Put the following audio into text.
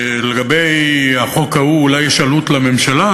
לגבי החוק ההוא אולי יש עלות לממשלה,